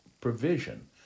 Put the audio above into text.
provision